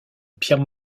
pierre